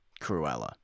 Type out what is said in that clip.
Cruella